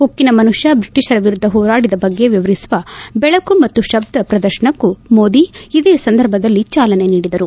ಉಕ್ಕಿನ ಮನುಷ್ಠ ಬ್ರಿಟಿಷರ ವಿರುದ್ದ ಹೋರಾಡಿದ ಬಗೆ ವಿವರಿಸುವ ಬೆಳಕು ಮತ್ತು ಶಬ್ದ ಶ್ರದರ್ಶನಕ್ಕೂ ಮೋದಿ ಇದೇ ಸಂದರ್ಭದಲ್ಲಿ ಚಾಲನೆ ನೀಡಿದರು